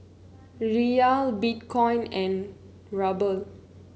Riyal Bitcoin and Ruble